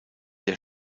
der